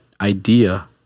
idea